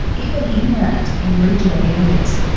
even inland in regional areas.